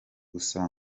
gusa